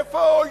איפה ה-OECD?